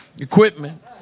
equipment